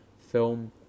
film